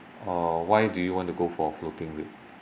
uh why do you want to go for floating rate